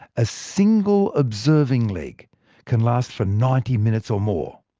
a single observing leg can last for ninety minutes or more!